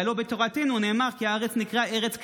שהלוא בתורתנו נאמר כי הארץ נקראה ארץ כנען.